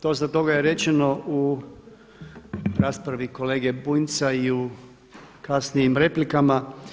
Dosta toga je rečeno u raspravi kolege Bunjca i u kasnijim replikama.